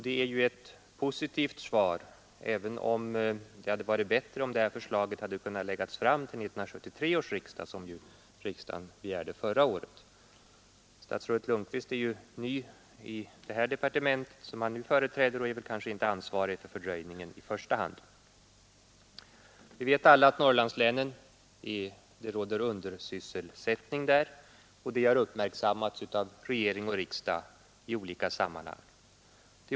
Det är ett positivt svar, även om det hade varit bättre om förslaget kunnat läggas fram till 1973 års riksdag, vilket riksdagen begärde förra året. Statsrådet Lundkvist är ny i det här departementet och kanske inte i första hand ansvarig för fördröjningen. Vi vet att att det råder undersysselsättning i Norrlandslänen. Det har uppmärksammats av regering och riksdag i olika sammanhang.